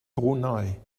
brunei